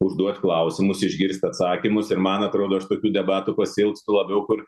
užduot klausimus išgirst atsakymus ir man atrodo aš tokių debatų pasiilgstu labiau kur